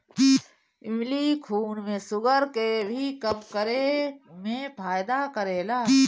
इमली खून में शुगर के भी कम करे में फायदा करेला